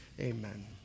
Amen